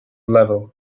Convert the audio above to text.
level